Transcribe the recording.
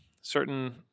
certain